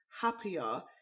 happier